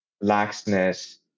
laxness